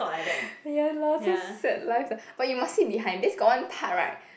ya lor so sad life sia but you must see behind this got one part right